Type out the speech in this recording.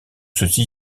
ceci